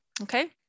Okay